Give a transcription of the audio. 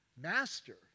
master